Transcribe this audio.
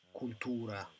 cultura